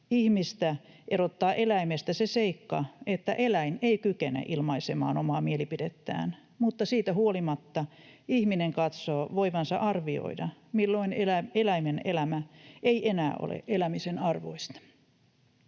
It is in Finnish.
ihmistä erottaa eläimestä se seikka, että eläin ei kykene ilmaisemaan omaa mielipidettään. Siitä huolimatta ihminen katsoo voivansa arvioida, milloin eläimen elämä ei enää ole elämisen arvoista.